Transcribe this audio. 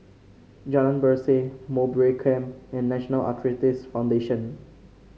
Jalan Berseh Mowbray Camp and National Arthritis Foundation